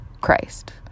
Christ